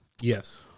Yes